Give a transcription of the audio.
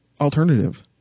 alternative